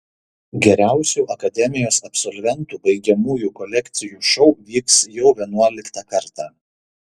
geriausių akademijos absolventų baigiamųjų kolekcijų šou vyks jau vienuoliktą kartą